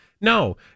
No